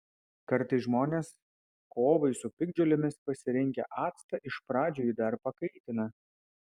kartais žmonės kovai su piktžolėmis pasirinkę actą iš pradžių jį dar pakaitina